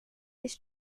his